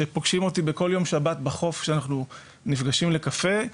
שפוגשים אותי בכל יום שבת בחוף שאנחנו נפגשים לקפה,